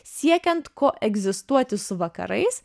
siekiant koegzistuoti su vakarais